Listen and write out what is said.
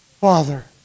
Father